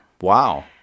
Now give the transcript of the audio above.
Wow